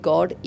God